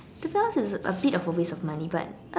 to be honest it's a bit of a waste of money but